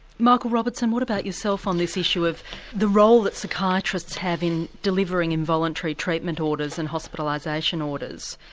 michael robertson, what about yourself on this issue of the role that psychiatrists have in delivering involuntary treatment orders and hospitalisation orders?